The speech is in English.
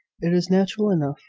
it is natural enough.